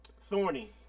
Thorny